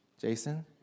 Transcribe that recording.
Jason